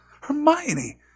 Hermione